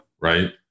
right